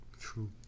True